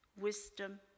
wisdom